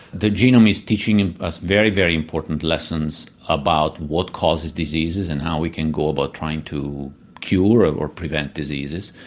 the genome is teaching and us very, very important lessons about what causes diseases and how we can go about trying to cure or prevent diseases.